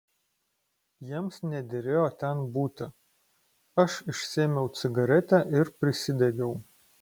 jiems nederėjo ten būti aš išsiėmiau cigaretę ir prisidegiau